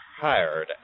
hired